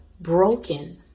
broken